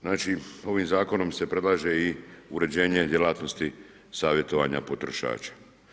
Znači ovim zakonom se predlaže i uređenje djelatnosti savjetovanja potrošača.